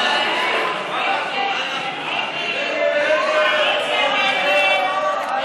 ההצעה להסיר מסדר-היום את הצעת חוק הדואר (תיקון,